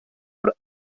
por